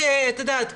את יודעת,